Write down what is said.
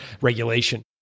regulation